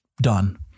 done